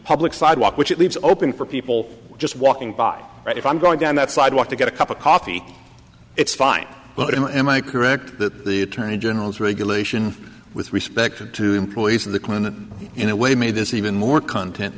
public sidewalk which it leaves open for people just walking by if i'm going down that sidewalk to get a cup of coffee it's fine but am i correct that the attorney general's regulation with respect to employees of the clinton in a way made this even more content